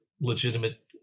legitimate